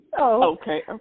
Okay